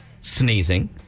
Sneezing